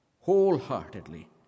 wholeheartedly